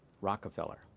Rockefeller